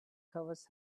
covers